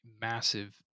massive